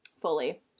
Fully